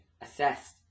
assessed